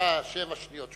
דקה ושבע שניות,